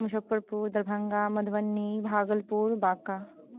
Muzaffarpur Darbhanga Madhubani Bhagalpur Banka